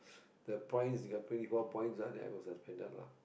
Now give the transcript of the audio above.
the points you got twenty four points then I got suspended lah